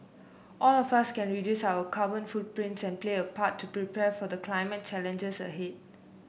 all of us can reduce our carbon footprints and play a part to prepare for the climate challenges ahead